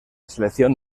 selección